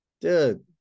Dude